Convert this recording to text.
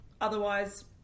otherwise